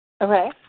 Okay